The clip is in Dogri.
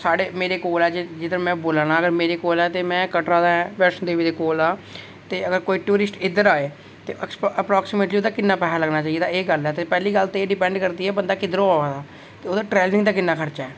मेरे कोल ऐ जिद्धर में बोल्ला ना ते में कटरा वैष्णो देवी दे कोल आ ते अगर कोई टूरिस्ट इद्धर आए ते अपरोक्सीमेटली ओह्दा किन्ना पैसा लग्गना चाहिदा ते एह् गल्ल ऐ पैह्ली गल्ल एह् डिपैंड ऐ की बंदा कुद्धरा आवा दा ते ओह्दा ट्रेवलिंग दा किन्ना खर्चा ऐ